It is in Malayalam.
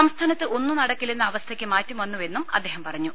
സംസ്ഥാനത്ത് ഒന്നും നടക്കില്ലെന്ന അവസ്ഥയ്ക്ക് മാറ്റംവന്നുവെന്ന് അദ്ദേഹം പറഞ്ഞു